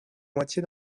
moitié